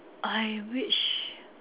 I wish